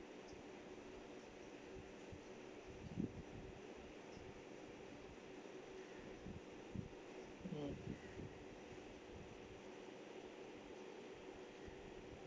mm